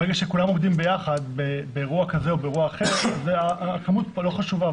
ברגע שכולם רוקדים ביחד באירוע כזה או באירוע אחר הכמות פה לא חשובה.